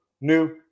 new